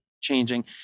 changing